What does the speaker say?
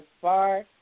far